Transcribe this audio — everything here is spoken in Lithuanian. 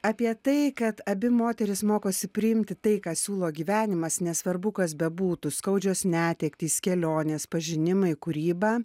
apie tai kad abi moterys mokosi priimti tai ką siūlo gyvenimas nesvarbu kas bebūtų skaudžios netektys kelionės pažinimai kūryba